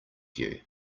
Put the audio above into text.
you